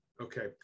Okay